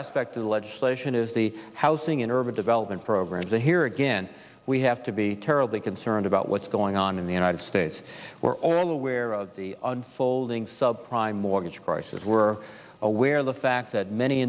aspect of the legislation is the housing and urban development programs and here again we have to be terribly concerned about what's going on in the united states we're all aware of the unfolding sub prime mortgage crisis we're aware of the fact that many